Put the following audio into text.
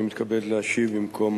אני מתכבד להשיב במקום